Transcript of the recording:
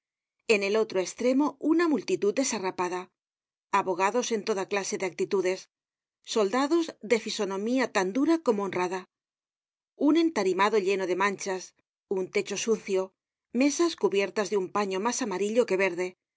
en el otro estremo una multitud desarrapada abogados en toda clase de actitudes soldados de fisonomía tan dura como honrada un entarimado lleno de manchas un techo sucio mesas cubiertas de un paño mas amarillo que verde